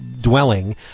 dwelling